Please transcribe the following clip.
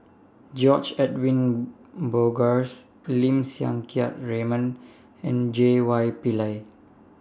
George Edwin Bogaars Lim Siang Keat Raymond and J Y Pillay